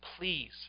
please